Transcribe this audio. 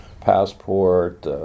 passport